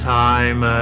time